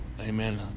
Amen